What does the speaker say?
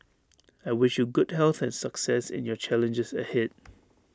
I wish you good health and success in your challenges ahead